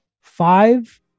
five